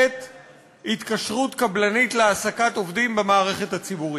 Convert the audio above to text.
התקשרות קבלנית להעסקת עובדים במערכת הציבורית.